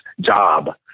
job